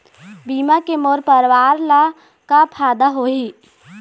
बीमा के मोर परवार ला का फायदा होही?